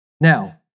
Now